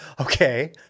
Okay